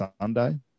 Sunday